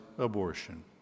Abortion